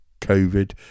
covid